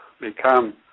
Become